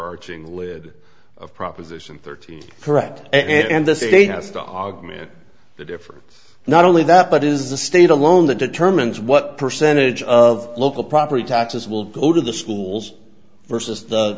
overarching lid of proposition thirteen correct and this is a chance to augment the difference not only that but is the state alone that determines what percentage of local property taxes will go to the schools versus the